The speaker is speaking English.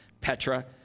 Petra